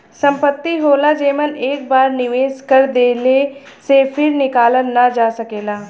संपत्ति होला जेमन एक बार निवेस कर देले से फिर निकालल ना जा सकेला